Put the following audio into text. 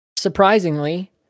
Surprisingly